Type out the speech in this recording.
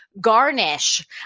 garnish